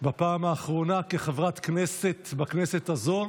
בפעם האחרונה כחברת כנסת בכנסת הזאת,